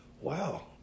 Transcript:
wow